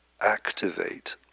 activate